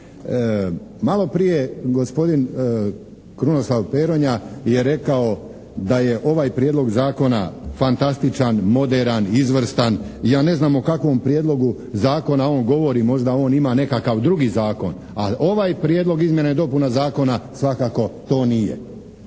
Maloprije gospodin Krunoslav Peronja je rekao da je ovaj Prijedlog zakona fantastičan, moderan, izvrstan. Ja ne znam o kakvom Prijedlogu zakona on govori, možda on ima nekakav drugi zakon, ali ovaj Prijedlog izmjena i dopuna zakona svakako to nije.